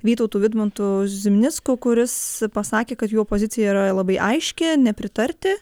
vytautu vidmantu zimnicku kuris pasakė kad jo pozicija yra labai aiški nepritarti